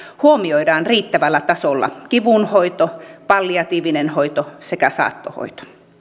huomioidaan riittävällä tasolla kivunhoito palliatiivinen hoito sekä saattohoito